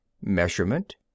measurement